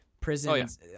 Prisons